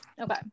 okay